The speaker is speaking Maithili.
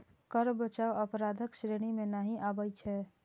कर बचाव अपराधक श्रेणी मे नहि आबै छै